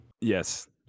Yes